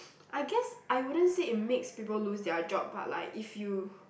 I guess I wouldn't say it makes people lose their job but like if you